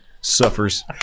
suffers